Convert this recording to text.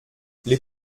les